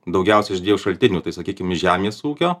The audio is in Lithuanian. daugiausia iš dviejų šaltinių tai sakykim iš žemės ūkio